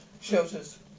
shelters